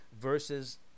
versus